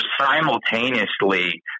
simultaneously